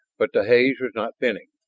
but the haze was not thinning.